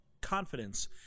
confidence